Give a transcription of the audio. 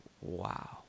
wow